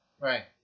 Right